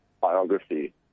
biography